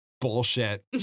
bullshit